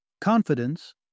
Confidence